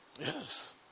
Yes